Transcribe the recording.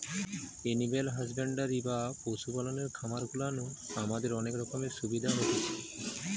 animal husbandry বা পশু পালনের খামার গুলা নু আমাদের অনেক রকমের সুবিধা হতিছে